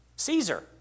Caesar